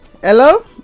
Hello